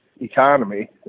economy